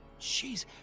jeez